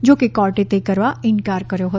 જોકે કોર્ટે તે કરવા ઇનકાર કર્યો હતો